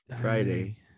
Friday